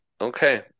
Okay